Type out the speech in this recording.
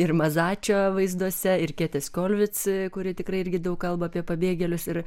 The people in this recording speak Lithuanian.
ir mazačo vaizduose ir ketės kolvic kuri tikrai irgi daug kalba apie pabėgėlius ir